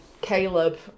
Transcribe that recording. Caleb